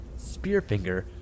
Spearfinger